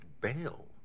bail